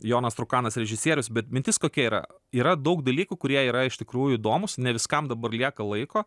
jonas trukanas režisierius bet mintis kokia yra yra daug dalykų kurie yra iš tikrųjų įdomūs ne viskam dabar lieka laiko